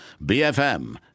BFM